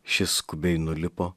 šis skubiai nulipo